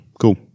Cool